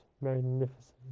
magnificent